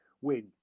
win